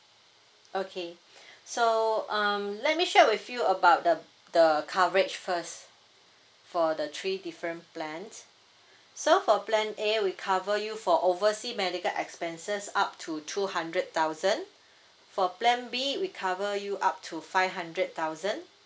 okay so um let me share with you about the the coverage first for the three different plans so for plan a we cover you for oversea medical expenses up to two hundred thousand for plan b we cover you up to five hundred thousand